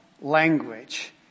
language